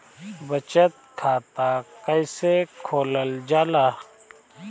बचत खाता कइसे खोलल जाला?